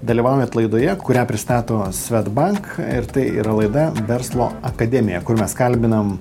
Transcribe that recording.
dalyvaujat laidoje kurią pristato swedbank ir tai yra laida verslo akademija kur mes kalbinam